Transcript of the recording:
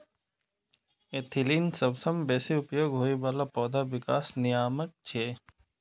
ethylene सबसं बेसी उपयोग होइ बला पौधा विकास नियामक छियै